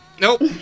Nope